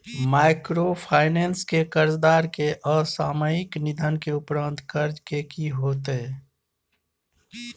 Microfinance के कर्जदार के असामयिक निधन के उपरांत कर्ज के की होतै?